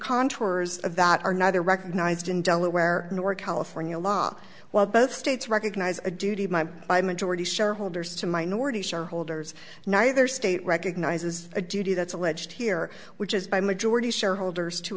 contours of that are neither recognized in delaware nor california law while both states recognize a duty by by majority shareholders to minority shareholders neither state recognizes a duty that's alleged here which is by majority shareholders to